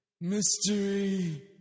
mystery